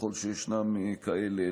ככל שישנם כאלה,